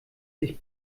sich